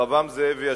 רחבעם זאבי,